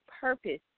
purpose